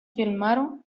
filmaron